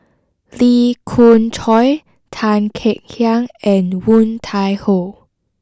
Lee Khoon Choy Tan Kek Hiang and Woon Tai Ho